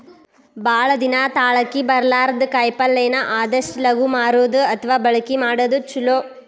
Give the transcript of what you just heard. ಭಾಳ ದಿನಾ ತಾಳಕಿ ಬರ್ಲಾರದ ಕಾಯಿಪಲ್ಲೆನ ಆದಷ್ಟ ಲಗು ಮಾರುದು ಅಥವಾ ಬಳಕಿ ಮಾಡುದು ಚುಲೊ